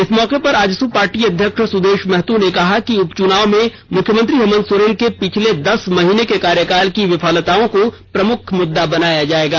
इस मौके पर आजसू पार्टी अध्यक्ष सुदेष महतो ने कहा कि उपचुनाव में मुख्यमंत्री हेमंत सोरेन के पिछले दस महीने के कार्यकाल की विफलताओं को प्रमुख मुद्दा बनाया जाएगा